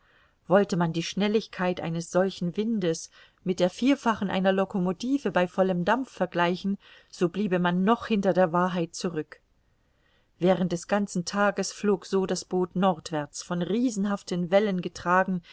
wollte man die schnelligkeit eines solchen windes mit der vierfachen einer locomotive bei vollem dampf vergleichen so bliebe man noch hinter der wahrheit zurück während des ganzen tages flog so das boot nordwärts von riesenhaften wellen getragen